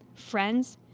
friends,